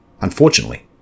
Unfortunately